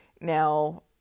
now